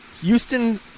Houston